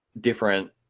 different